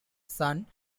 son